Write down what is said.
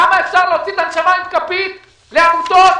כמה אפשר להוציא את הנשמה עם כפית לעמותות